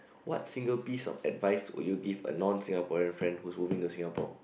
what single piece of advice would you give a non Singaporean friend who's moving to Singapore